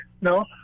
no